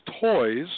toys